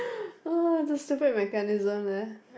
the stupid mechanism leh